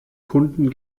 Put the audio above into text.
kunden